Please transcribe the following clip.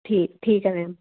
ਠੀਕ ਠੀਕ ਹੈ ਮੈਮ